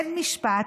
אין משפט,